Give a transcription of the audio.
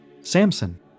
Samson